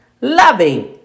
loving